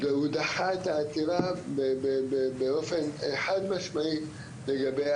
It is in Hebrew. והוא דחה את העתירה באופן חד משמעי לגבי